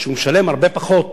שהוא משלם הרבה פחות,